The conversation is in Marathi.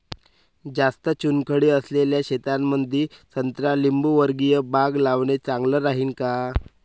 जास्त चुनखडी असलेल्या शेतामंदी संत्रा लिंबूवर्गीय बाग लावणे चांगलं राहिन का?